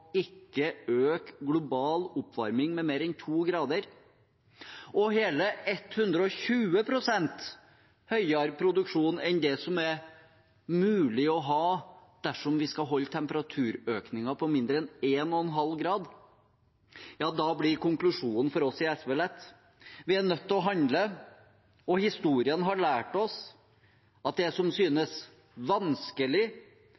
øke den globale oppvarmingen med mer enn 2 grader, og hele 120 pst. høyere enn det som det er mulig å ha dersom vi skal holde temperaturøkningen på mindre enn 1,5 grader, blir konklusjonen for oss i SV lett: Vi er nødt til å handle. Og historien har lært oss at det som